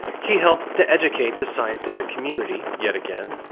he helped to educate the scientific community, yet again,